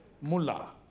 mullah